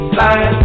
life